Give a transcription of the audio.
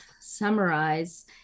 summarize